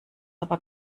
aber